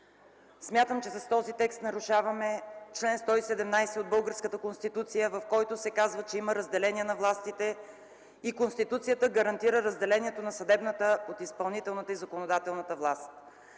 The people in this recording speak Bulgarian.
Смятам, че с този текст нарушаваме чл. 117 от българската Конституция, в който се казва, че има разделение на властите и Конституцията гарантира разделението на съдебната от изпълнителната и законодателната власти.